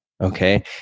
Okay